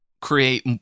create